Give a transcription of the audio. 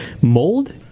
Mold